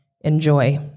enjoy